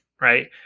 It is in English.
right